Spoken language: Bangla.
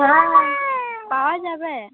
হ্যাঁ পাওয়া যাবে